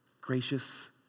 gracious